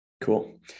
Cool